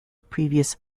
previous